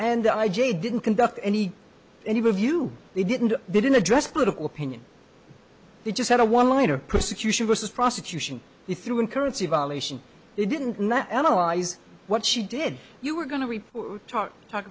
and i j didn't conduct any eve of you they didn't they didn't address political opinion they just had a one liner prosecution versus prosecution you threw in currency violation they didn't not analyze what she did you were going to report talk talk